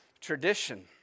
tradition